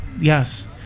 Yes